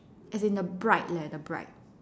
as in the bride leh the bride